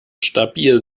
stabil